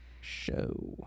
show